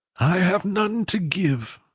i have none to give,